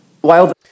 while-